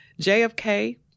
JFK